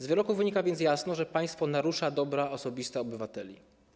Z wyroku wynika więc jasno, że państwo narusza dobra osobiste obywateli.